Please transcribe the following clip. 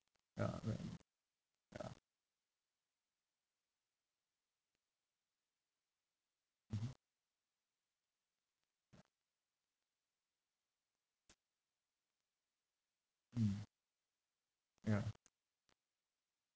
ya right ya mmhmm mm ya